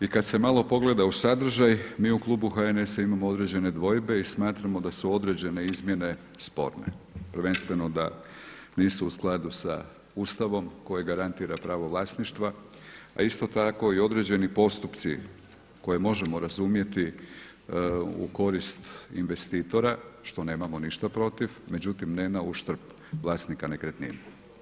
I kada se malo pogleda u sadržaj mi u Klubu HNS-a imamo određene dvojbe i smatramo da su određene izmjene sporne, prvenstveno da nisu u skladu sa Ustavom koje garantira pravo vlasništva a isto tako i određeni postupci koje možemo razumjeti u korist investitora, što nemamo ništa protiv međutim ne na uštrb vlasnika nekretnine.